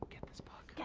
get this book.